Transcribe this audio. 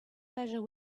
pleasure